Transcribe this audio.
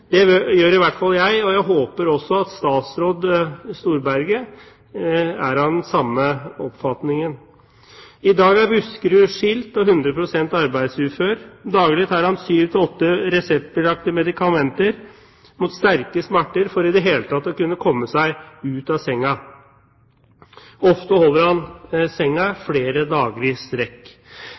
urimelig. Det gjør i hvert fall jeg, og jeg håper også at statsråd Storberget er av den samme oppfatningen. I dag er Buskerud skilt og hundre prosent arbeidsufør. Daglig tar han syv til åtte reseptbelagte medikamenter mot sterke smerter for i det hele tatt å kunne komme seg ut av senga. Ofte holder han senga flere dager i strekk.